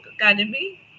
Academy